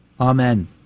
Amen